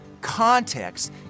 Context